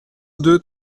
deux